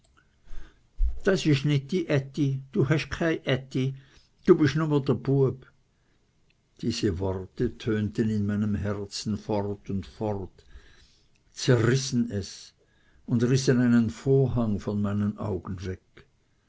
das isch nit dy ätti du hesch kei ätti du bisch nume dr bueb diese worte tönten in meinem herzen fort und fort zerrissen es und rissen einen vorhang von meinen augen weg